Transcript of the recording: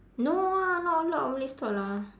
no lah not a lot of malay store lah